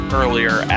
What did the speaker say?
earlier